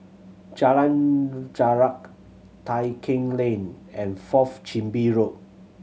Jalan Jarak Tai Keng Lane and Fourth Chin Bee Road